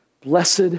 blessed